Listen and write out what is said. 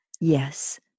Yes